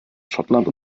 schottland